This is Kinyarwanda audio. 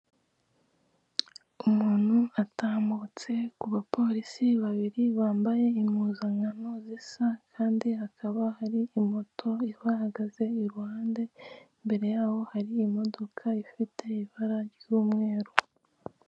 Umuntu atambutse ku bapolisi babiri bambaye impuzankano zisa kandi hakaba hari imoto ibahagaze iruhande, imbere yaho hari imodoka ifite ibara ry'umweru.